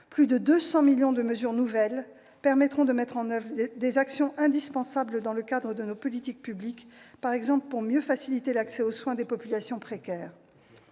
plus de 200 millions d'euros, permettront de mettre en oeuvre des actions indispensables dans le cadre de nos politiques publiques, visant notamment à mieux faciliter l'accès aux soins des populations précaires.